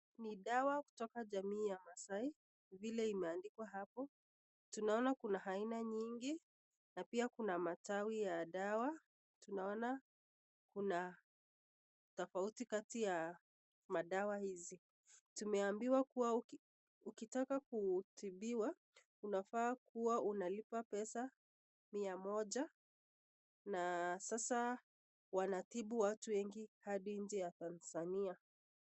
Ni dawa kutoka jamii ya Maasai vile imeandikwa hapo, tunaona kuna aina nyingi na pia kuna matawi ya dawa, tunaona kuna tofauti kati ya madawa hizi, tumeambiwa kuwa ukitaka kutibiwa unafaa kuwa unalipa pesa mia moja na sasa wanatibu watu wengi hadi nje ya Tanzania.